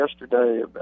yesterday